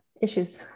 issues